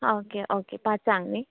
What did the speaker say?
okay okay पांचाग न्ही